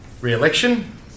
re-election